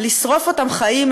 לשרוף אותם חיים,